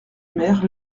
mère